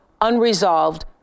unresolved